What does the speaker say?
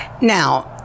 Now